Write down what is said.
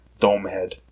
Domehead